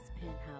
Penthouse